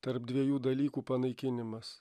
tarp dviejų dalykų panaikinimas